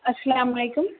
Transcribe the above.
السلام علیکم